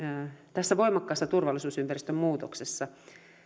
tässä voimakkaassa turvallisuusympäristön muutoksessa